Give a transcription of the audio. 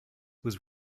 was